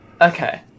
Okay